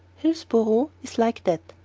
hillsboro is like that.